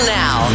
now